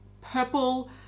purple